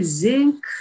zinc